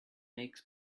makes